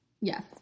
yes